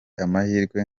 amahirwe